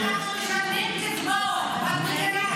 אנחנו משלמים קצבאות, את מבינה את זה.